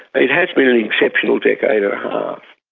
it has been an exceptional decade and a half.